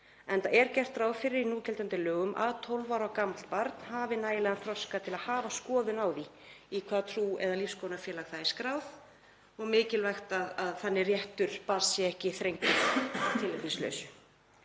enda er gert ráð fyrir í núgildandi lögum að 12 ára gamalt barn hafi nægilegan þroska til að hafa skoðun á því í hvaða trú- eða lífsskoðunarfélag það er skráð og mikilvægt að sá réttur barns sé ekki þrengdur af tilefnislausu.